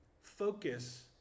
focus